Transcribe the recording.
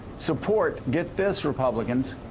support, get this republicans,